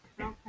Okay